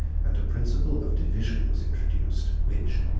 and a principle of division was introduced, which,